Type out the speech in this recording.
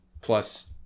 plus